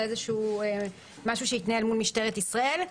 לאיזשהו משהו שיתנהל מול משטרת ישראל.